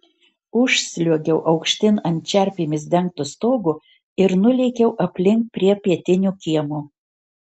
užsliuogiau aukštyn ant čerpėmis dengto stogo ir nulėkiau aplink prie pietinio kiemo